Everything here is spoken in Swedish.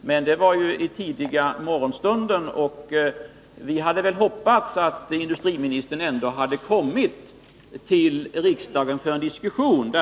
Men regeringssammanträdet hölls ju i tidiga morgonstunden, och vi hade väl hoppats att industriministern ändå skulle komma till riksdagen för en diskussion.